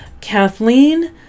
Kathleen